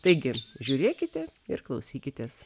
taigi žiūrėkite ir klausykitės